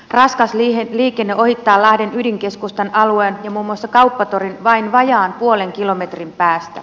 raskas liikenne ohittaa lahden ydinkeskustan alueen ja muun muassa kauppatorin vain vajaan puolen kilometrin päästä